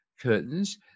curtains